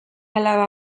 alaba